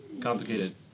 complicated